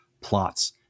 plots